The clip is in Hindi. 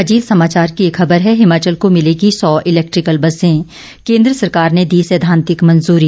अजीत समाचार की एक खबर है हिमाचल को मिलेगी सौ इलेक्ट्रिकल बसें केन्द्र सरकार ने दी सैद्धांतिक मंजूरी